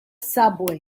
subway